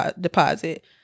deposit